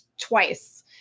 twice